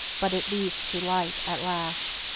but it leads to light at last.